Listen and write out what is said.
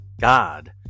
God